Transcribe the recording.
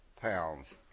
pounds